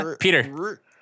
Peter